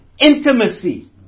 intimacy